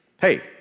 Hey